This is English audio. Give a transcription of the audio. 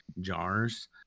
jars